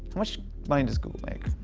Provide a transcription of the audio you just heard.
much money does google make?